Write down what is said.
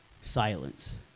Silence